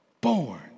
born